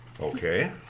Okay